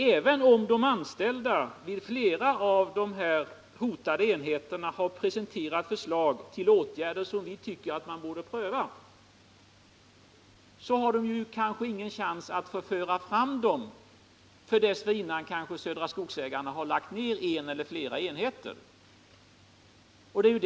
Även om de anställda vid flera av de hotade enheterna har presenterat förslag till åtgärder som vi tycker att man borde pröva så har de kanske ingen chans att föra fram dem, eftersom Södra Skogsägarna kanske dessförinnan lagt ner en eller flera av de enheterna.